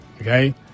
okay